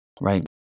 right